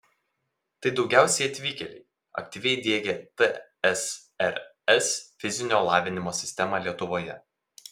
tai daugiausiai atvykėliai aktyviai diegę tsrs fizinio lavinimo sistemą lietuvoje